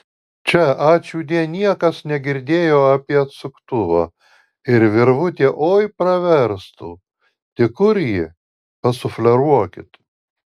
čia ačiūdie niekas negirdėjo apie atsuktuvą ir virvutė oi praverstų tik kur ji pasufleruokit